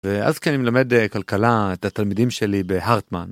ואז כי אני מלמד כלכלה את התלמידים שלי בהרטמן.